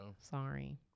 Sorry